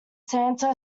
santa